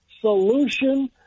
solution